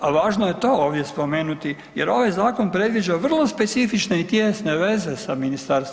A važno je to ovdje spomenuti jer ovaj zakon predviđa vrlo specifične i tijesne veze sa MORH-om.